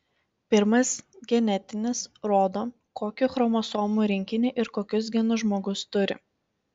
pirmas genetinis rodo kokį chromosomų rinkinį ir kokius genus žmogus turi